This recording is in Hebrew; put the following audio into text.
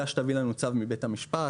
גש ותביא לנו צו מבית המשפט.